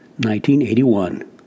1981